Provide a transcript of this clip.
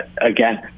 again